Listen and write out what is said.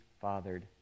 fathered